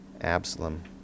Absalom